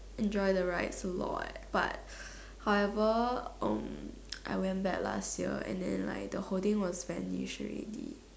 enjoy the rides a lot but however um I went back last year and then like the whole thing was vanished already